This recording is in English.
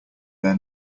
their